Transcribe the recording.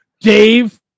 dave